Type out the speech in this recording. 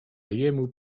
jemu